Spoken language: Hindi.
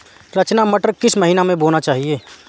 रचना मटर किस महीना में बोना चाहिए?